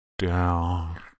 down